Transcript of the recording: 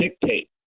dictate